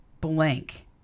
blank